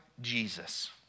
Jesus